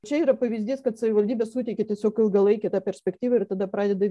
čia yra pavyzdys kad savivaldybė suteikia tiesiog ilgalaikę tą perspektyvą ir tada pradedi